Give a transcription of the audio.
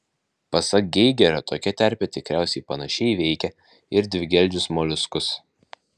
pasak geigerio tokia terpė tikriausiai panašiai veikia ir dvigeldžius moliuskus